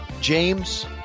James